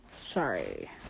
Sorry